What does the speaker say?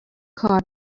کار